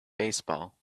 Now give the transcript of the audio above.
baseball